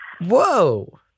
Whoa